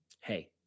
hey